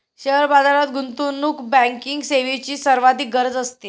share बाजारात गुंतवणूक banking सेवेची सर्वाधिक गरज असते